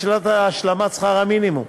שלילת השלמת שכר המינימום.